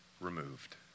removed